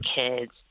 kids